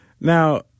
Now